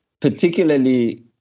particularly